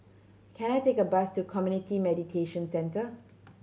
can I take a bus to Community Mediation Centre